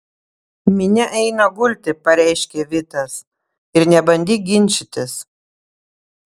minia eina gulti pareiškė vitas ir nebandyk ginčytis